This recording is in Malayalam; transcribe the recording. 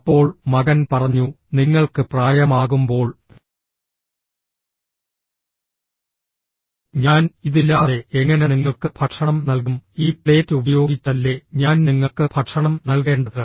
അപ്പോൾ മകൻ പറഞ്ഞു നിങ്ങൾക്ക് പ്രായമാകുമ്പോൾ ഞാൻ ഇതില്ലാതെ എങ്ങനെ നിങ്ങൾക്ക് ഭക്ഷണം നൽകും ഈ പ്ലേറ്റ് ഉപയോഗിച്ചല്ലേ ഞാൻ നിങ്ങൾക്ക് ഭക്ഷണം നൽകേണ്ടത്